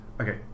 Okay